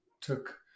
took